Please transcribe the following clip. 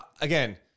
again